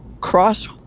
cross